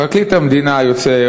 פרקליט המדינה היוצא,